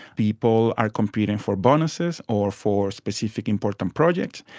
people are competing for bonuses or for specific important um projects,